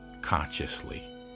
consciously